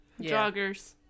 Joggers